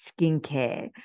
skincare